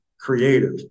creative